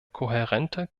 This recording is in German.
kohärente